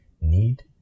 need